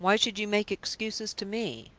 why should you make excuses to me?